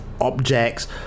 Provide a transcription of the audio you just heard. objects